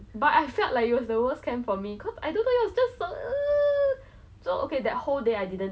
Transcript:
so like 我偷偷溜走就是不要吃饭吃完之后我才回来